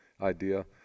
idea